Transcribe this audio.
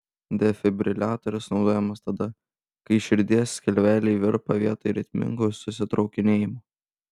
defibriliatorius naudojamas tada kai širdies skilveliai virpa vietoj ritmingų susitraukinėjimų